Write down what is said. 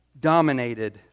dominated